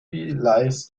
lies